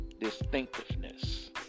distinctiveness